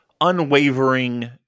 unwavering